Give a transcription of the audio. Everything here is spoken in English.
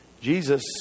Jesus